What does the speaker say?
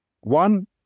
one